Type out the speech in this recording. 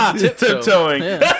tiptoeing